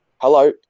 hello